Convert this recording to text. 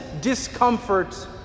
discomfort